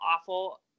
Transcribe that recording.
awful